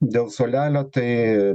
dėl suolelio tai